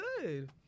good